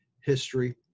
history